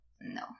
No